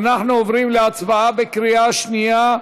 אנחנו עוברים להצבעה בקריאה שנייה,